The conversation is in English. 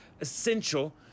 essential